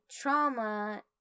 trauma